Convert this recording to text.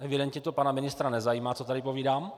Evidentně to pana ministra nezajímá, co tady povídám.